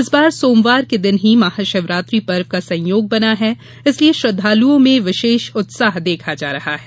इस बार सोमवार के दिन ही महाशिवरात्रि पर्व का संयोग बना है इसलिए श्रद्वालुओं में विशेष उत्साह देखा जा रहा है